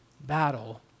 battle